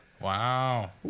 Wow